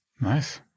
Nice